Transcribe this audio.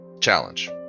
challenge